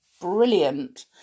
brilliant